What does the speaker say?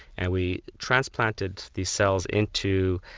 and we transplanted these cells into